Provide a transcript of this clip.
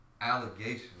allegations